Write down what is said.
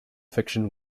fiction